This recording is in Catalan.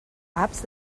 apps